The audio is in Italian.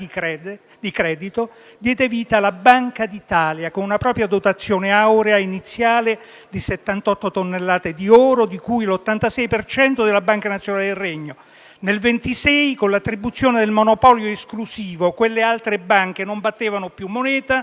di credito) diede vita alla Banca d'Italia, con una propria dotazione aurea iniziale di 78 tonnellate di oro, di cui l'86 per cento della Banca nazionale del Regno. Nel 1926, con l'attribuzione del monopolio esclusivo delle emissioni a Banca